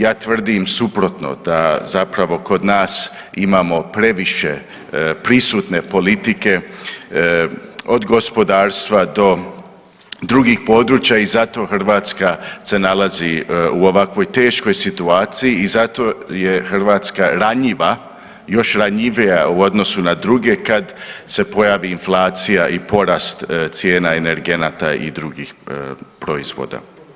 Ja tvrdim suprotno da zapravo kod nas imamo previše prisutne politike od gospodarstva do drugih područja i zato Hrvatska se nalazi u ovako teškoj situaciji i zato je Hrvatska ranjiva, još ranjivija u odnosu na druge kad se pojavi inflacija i porast cijena energenata i drugih proizvoda.